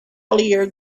earlier